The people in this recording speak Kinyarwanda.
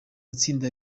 itsinda